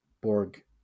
Borg